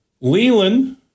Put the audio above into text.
Leland